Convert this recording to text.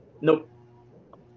Nope